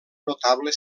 notable